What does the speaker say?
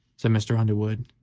said mr. underwood,